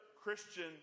christian